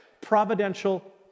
providential